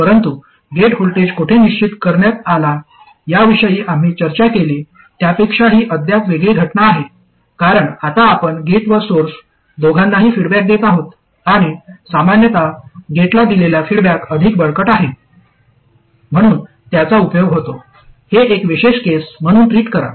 परंतु gate voltage कोठे निश्चित करण्यात आला याविषयी आम्ही चर्चा केली त्यापेक्षा ही अद्याप वेगळी घटना आहे कारण आता आपण गेट व सोर्स दोघांनाही फीडबॅक देत आहोत आणि सामान्यत गेटला दिलेला फीडबॅक अधिक बळकट आहे म्हणून त्याचा उपयोग होतो हे एक विशेष केस म्हणून ट्रीट करा